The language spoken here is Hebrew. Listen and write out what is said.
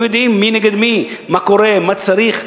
הם יודעים מי נגד מי, מה קורה, מה צריך.